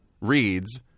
reads